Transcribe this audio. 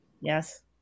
Yes